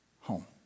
home